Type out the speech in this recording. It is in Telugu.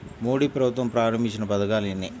మోదీ ప్రభుత్వం ప్రారంభించిన పథకాలు ఎన్ని?